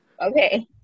Okay